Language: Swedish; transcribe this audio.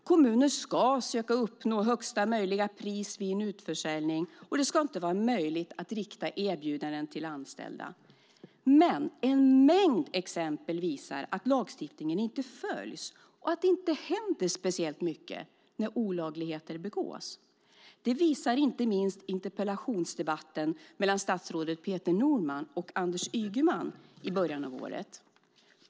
Kommunerna ska söka uppnå högsta möjliga pris vid en utförsäljning, och det ska inte vara möjligt att rikta erbjudanden till anställda. Men en mängd exempel visar att lagstiftningen inte följs och att det inte händer speciellt mycket när olagligheter begås. Det visar inte minst interpellationsdebatten mellan statsrådet Peter Norman och Anders Ygeman i början av året.